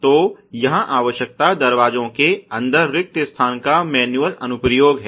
तो यहाँ आवश्यकता दरवाजों के अंदर रिक्त स्थान का मैनुअल अनुप्रयोग है